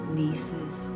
nieces